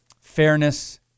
fairness